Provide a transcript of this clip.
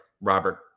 Robert